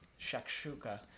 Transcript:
Shakshuka